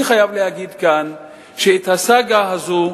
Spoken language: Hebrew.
אני חייב להגיד כאן שהסאגה הזו